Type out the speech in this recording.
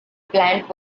plant